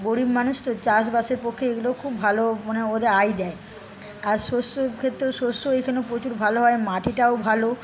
গরিব মানুষ তো চাষবাসের পক্ষে এগুলো খুব ভালো মানে ওদের আয় দেয় আর শস্য ক্ষেত্রে শস্যও এখানে প্রচুর ভালো হয় মাটিটাও ভালো